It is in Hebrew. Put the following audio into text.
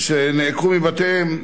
שנעקרו מבתיהם,